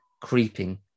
creeping